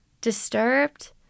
disturbed